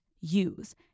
use